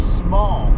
small